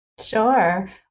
sure